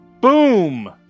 Boom